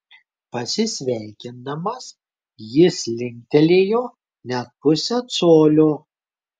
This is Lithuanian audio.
pasisveikindamas jis linktelėjo net pusę colio